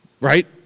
Right